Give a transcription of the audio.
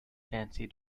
fancy